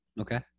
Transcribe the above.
Okay